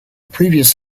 previous